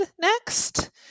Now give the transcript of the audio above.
next